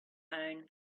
own